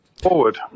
forward